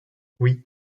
oui